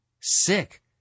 sick